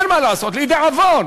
אין מה לעשות, לידי עוון,